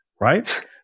right